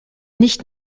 nicht